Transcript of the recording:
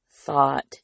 thought